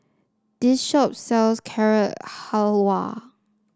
this shop sells Carrot Halwa